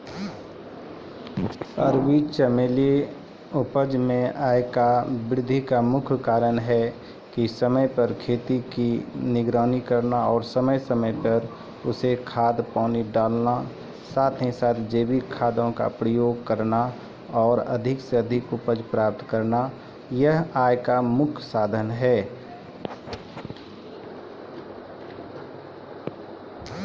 अरबी चमेली रो उपजा मे आय काल्हि वृद्धि भेलो छै